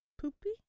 Poopy